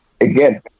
again